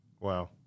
Wow